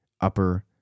upper